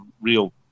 real